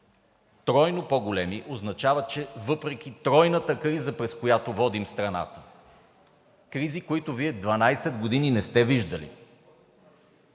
Тройно по-големи означава, че въпреки тройната криза, през която водим страната, кризи, които Вие 12 години, не сте виждали.